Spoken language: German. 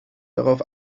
darauf